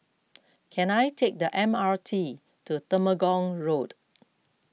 can I take the M R T to Temenggong Road